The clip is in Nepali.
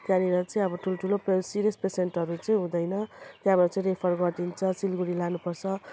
त्यहाँनिर चाहिँ अब ठुल्ठुलो प्रायः सिरियस पेसेन्टहरू चाहिँ हुँदैन त्यहाँबाट चाहिँ रेफर गरिदिन्छ सिलिगुडी लानुपर्छ